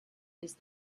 ist